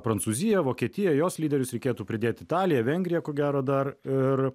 prancūziją vokietiją jos lyderius reikėtų pridėt italiją vengriją ko gero dar ir